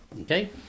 Okay